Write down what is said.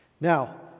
Now